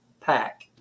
Pack